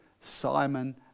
Simon